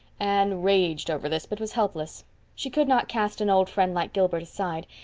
anne raged over this but was helpless she could not cast an old friend like gilbert aside,